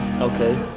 Okay